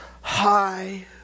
high